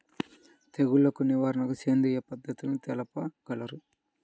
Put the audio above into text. తెగులు నివారణకు సేంద్రియ పద్ధతులు తెలుపగలరు?